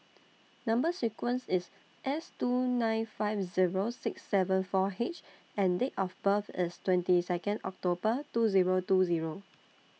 Number sequence IS S two nine five Zero six seven four H and Date of birth IS twenty Second October two Zero two Zero